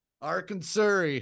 Arkansas